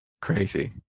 crazy